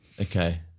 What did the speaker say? Okay